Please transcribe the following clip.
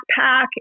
backpack